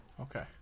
Okay